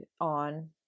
on